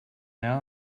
now